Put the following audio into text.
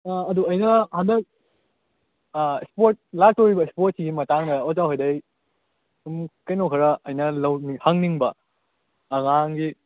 ꯑꯗꯨ ꯑꯩꯅ ꯍꯟꯗꯛ ꯏꯁꯄꯣꯔꯠ ꯂꯥꯛꯇꯣꯔꯤꯕ ꯏꯁꯄꯣꯠꯁꯤꯒꯤ ꯃꯇꯥꯡꯗ ꯑꯣꯖꯥ ꯍꯣꯏꯗꯩ ꯁꯨꯝ ꯀꯩꯅꯣ ꯈꯔ ꯑꯩꯅ ꯍꯪꯅꯤꯡꯕ ꯑꯉꯥꯡꯒꯤ